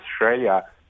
Australia